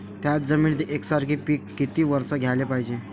थ्याच जमिनीत यकसारखे पिकं किती वरसं घ्याले पायजे?